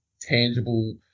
tangible